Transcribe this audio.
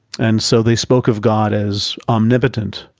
and so they spoke of god as omnipotent,